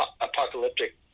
apocalyptic